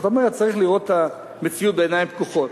זאת אומרת, צריך לראות את המציאות בעיניים פקוחות.